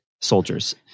Soldiers